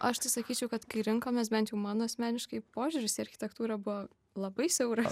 aš tai sakyčiau kad kai rinkomės bent jau man asmeniškai požiūris į architektūrą buvo labai siauras